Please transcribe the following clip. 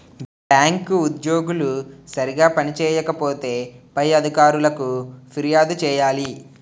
bank ఉద్యోగులు సరిగా పని చేయకపోతే పై అధికారులకు ఫిర్యాదు చేయాలి